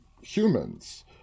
humans